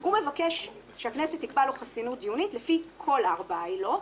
הוא מבקש שהכנסת תקבע לו חסינות דיונית לפי כל ארבע העילות.